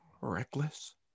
Reckless